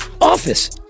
office